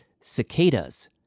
cicadas